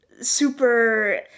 super